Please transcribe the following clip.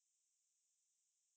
err வரவேற்பு சொல்ற:varverpu solra